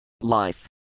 LIFE